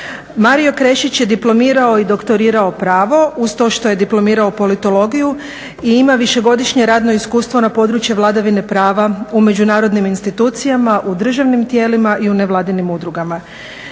Mario Krešić je diplomirao i doktorirao pravo, uz to što je diplomirao politologiju i ima višegodišnje radno iskustvo na području vladavine prava u međunarodnim institucijama, u državnim tijelima i u nevladinim udruga.